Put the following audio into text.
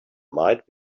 might